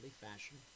fashion